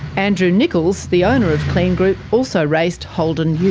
andrew nickolls, the owner of kleen group, also raced holden utes.